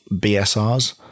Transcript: BSRs